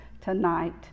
tonight